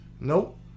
nope